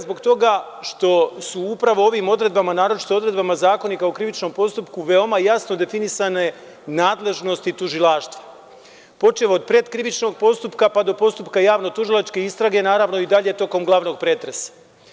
Zbog toga što su upravo ovim odredbama, naročito odredbama Zakonika o krivičnom postupku veoma jasno definisane nadležnosti tužilaštva počev od pred-krivičnog postupka do javno-tužilačke istrage i naravno dalje tokom istrage i naravno dalje tokom glavnog pretresa.